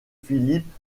philippe